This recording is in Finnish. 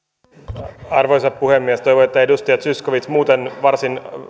arvoisa puhemies toivon että edustaja zyskowicz muuten varsin